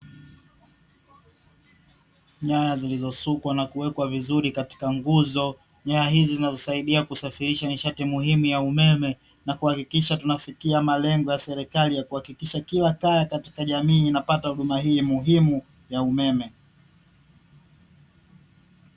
Nyaya zilizosukwa na kuwekwa vizuri katika nguzo. Nyaya hizi zinazosaidia kusafirisha nishati muhimu ya umeme, na kuhakikisha tunafikia malengo ya serikali ya kuhakikisha kila kaya katika jamii inapata huduma hii muhimu ya umeme.